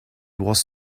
was